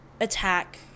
attack